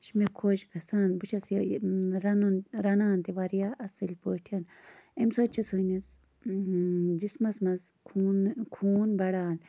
یہِ چھِ مےٚ خۄش گَژھان بہٕ چھَس یہ یِم رَنُن رَنان تہِ واریاہ اَصٕل پٲٹھۍ اَمہِ سۭتۍ چھِ سٲنِس جِسمَس منٛز خوٗن خوٗن بَڑان